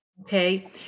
Okay